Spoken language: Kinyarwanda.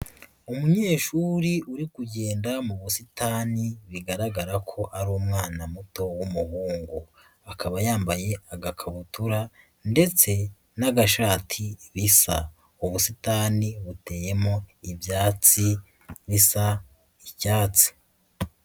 Umunyeshuri uri kugenda mu busitani bigaragara ko ari umwana muto w'umuhungu, akaba yambaye agakabutura ndetse n'agashati bisa, ubusitani buteyemo ibyatsi bisa icyatsi.